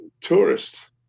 tourists